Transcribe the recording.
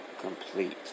complete